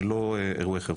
שהיא לא אירועי חירום.